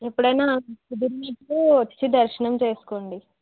ఎప్పుడైనా కుదిరినప్పడు మీకు వచ్చి దర్శనం చేసుకోండి